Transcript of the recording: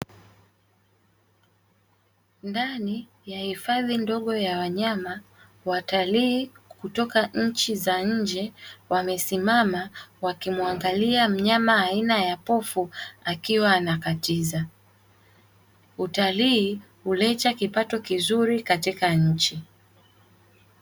Ndani ya hifadhi ndogo ya wanyama, watalii kutoka nchi za nje wamesimama wakimwangalia mnyama aina ya pofu, akiwa anakatiza. Utalii huleta kipato kizuri katika nchi.